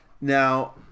Now